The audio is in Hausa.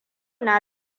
na